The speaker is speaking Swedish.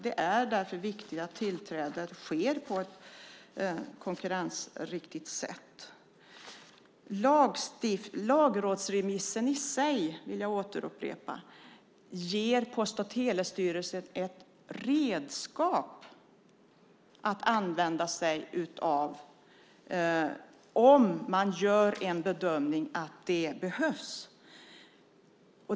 Det är därför viktigt att tillträdet sker på ett konkurrensriktigt sätt. Lagrådsremissen i sig, vill jag upprepa, ger Post och telestyrelsen ett redskap som de kan använda om de gör en bedömning att det behövs.